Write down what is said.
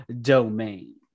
domain